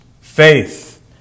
faith